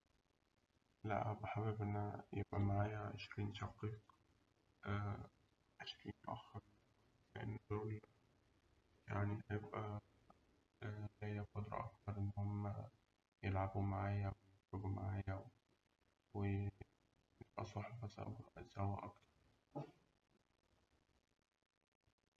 لأ هأبقى حابب إن أنا يبقى معايا عشرين شقيق، يلعبوا معايا ويخرجوا معايا ونبقى صحبة سوا أكتر.